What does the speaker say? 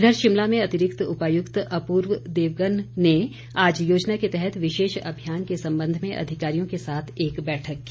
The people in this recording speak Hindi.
इधर शिमला में अतिरिक्त उपायुक्त अपूर्व देवगन ने आज योजना के तहत विशेष अभियान के संबंध में अधिकारियों के साथ एक बैठक की